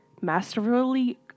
masterfully